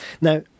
Now